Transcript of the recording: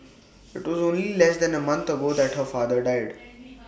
IT was only less than A month ago that her father died